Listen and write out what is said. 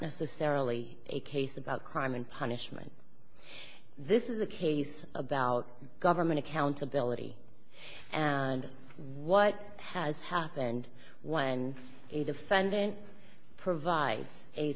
necessarily a case about crime and punishment this is a case about government accountability and what has happened when a defendant provides a